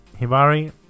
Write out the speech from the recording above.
Hibari